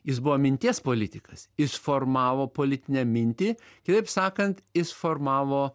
jis buvo minties politikas jis formavo politinę mintį kitaip sakant jis formavo